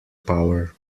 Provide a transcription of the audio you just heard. power